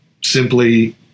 simply